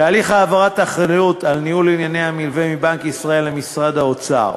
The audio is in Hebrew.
תהליך העברת האחריות לניהול ענייני המלווה מבנק ישראל למשרד האוצר,